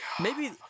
Maybe-